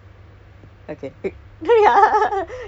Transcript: pokai lah how to buy